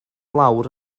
lawr